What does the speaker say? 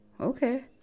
Okay